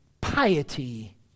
piety